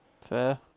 Fair